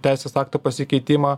teisės akto pasikeitimą